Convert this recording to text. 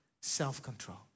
self-control